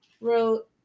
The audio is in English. wrote